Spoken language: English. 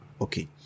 Okay